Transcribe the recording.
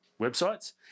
websites